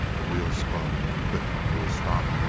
the wheel spun, clicked to a stop,